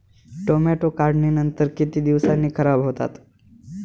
Tomato काढणीनंतर किती दिवसांनी खराब होतात?